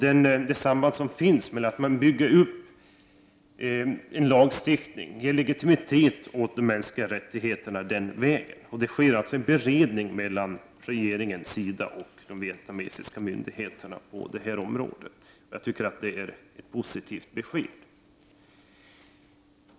Det finns ett samband med att man bygger upp en lagstiftning och den vägen ger legitimitet åt de mänskliga rättigheterna. På det området sker en beredning mellan regeringen, SIDA och de vietnamesiska myndigheterna. Jag tycker att det är ett positivt besked.